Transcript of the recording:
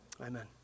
Amen